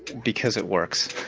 because it works.